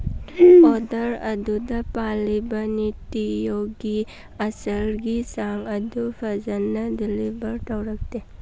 order ꯑꯗꯨꯗ ꯄꯥꯜꯂꯤꯕ ꯅꯤꯇꯤ ꯌꯣꯒꯤ ꯑꯆꯔꯒꯤ ꯆꯥꯡ ꯑꯗꯨ ꯐꯖꯅ ꯗꯤꯂꯤꯚꯔ ꯇꯧꯔꯛꯇꯦ